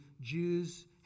Jews